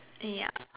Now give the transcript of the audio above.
ya